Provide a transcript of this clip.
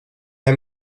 der